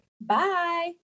bye